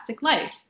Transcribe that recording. life